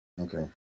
Okay